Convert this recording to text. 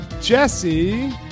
Jesse